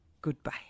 Goodbye